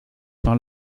par